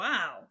Wow